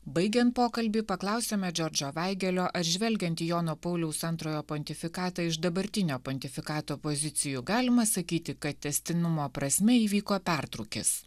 baigian pokalbį paklausėme džordžo vaigėlio ar žvelgiant į jono pauliaus antrojo pontifikatą iš dabartinio pontifikato pozicijų galima sakyti kad tęstinumo prasme įvyko pertrūkis